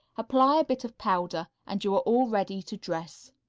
apply a bit of powder, and you are all ready to dress.